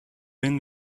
been